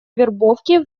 вербовки